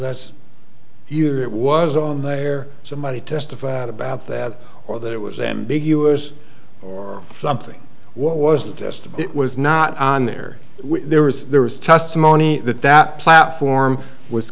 this year it was on the air somebody testified about that or that it was ambiguous or something was a test it was not on there there was there was testimony that that platform was